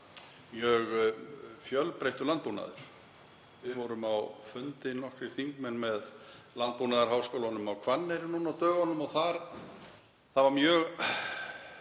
mjög fjölbreyttur landbúnaður. Við vorum á fundi nokkrir þingmenn með Landbúnaðarháskólanum á Hvanneyri nú á dögunum og það var mjög